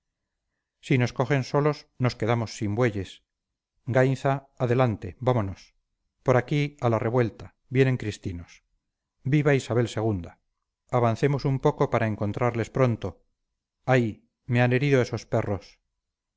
si nos cogen solos nos quedamos sin bueyes gainza adelante vámonos por aquí a la revuelta vienen cristinos viva isabel ii avancemos un poco para encontrarles pronto ay me han herido esos perros